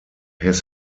his